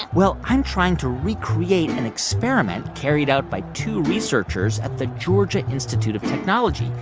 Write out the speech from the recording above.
well, i'm trying to recreate an experiment carried out by two researchers at the georgia institute of technology,